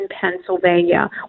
pennsylvania